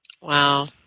Wow